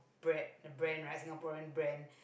bread brand right Singaporean brand